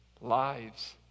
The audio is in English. lives